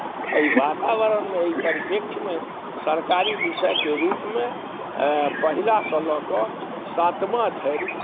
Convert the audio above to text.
एहि वातावरणमे एहि परिप्रेक्ष्यमे सरकारी विषयके रूपमे पहिलासँ लऽ कऽ सातमा धरि